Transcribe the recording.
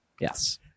Yes